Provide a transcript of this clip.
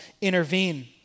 intervene